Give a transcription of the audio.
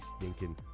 stinking